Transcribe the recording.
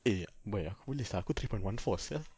eh why ah who list ah aku three point one four sia